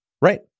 Right